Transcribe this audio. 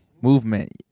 movement